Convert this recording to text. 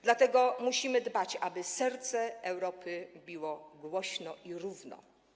Dlatego musimy dbać, aby serce Europy biło głośno i równo.